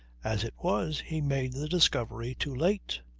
as it was, he made the discovery too late.